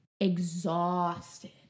exhausted